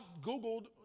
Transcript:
Googled